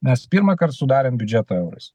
mes pirmąkart sudarėm biudžetą euras